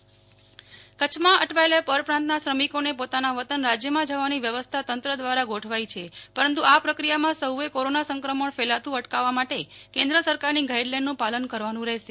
કચ્છ મજુરોને પરત જવા મંજુરી વ્યવસ્થા કચ્છ માં અટવાયેલા પરપ્રાંતના શ્રમિકો ને પોતાના વતન રાજ્યમાં જવાની વ્યવસ્થા તંત્ર દ્વારા ગોઠવાઈ છે પરંતુ આ પ્રક્રિયામાં સૌ એ કોરોના સંક્રમણ ફેલાતું અટકાવવા માટે કેન્દ્ર સરકારની ગાઈડલાઈનનું પાલન કરવાનું રહેશે